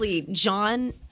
John